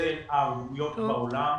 של הערבויות בעולם.